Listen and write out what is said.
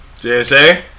JSA